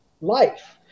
life